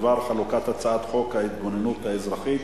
בדבר חלוקת הצעת חוק ההתגוננות האזרחית